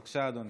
בבקשה, אדוני.